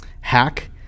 hack